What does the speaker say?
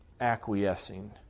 acquiescing